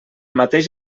mateix